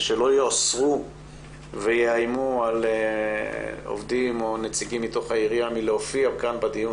שלא יאסרו ויאיימו על עובדים או נציגים מתוך העירייה מלהופיע כאן בדיון,